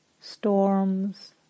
storms